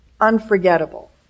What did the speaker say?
unforgettable